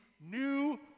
new